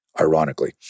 ironically